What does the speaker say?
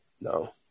No